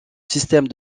système